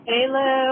Hello